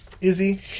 Izzy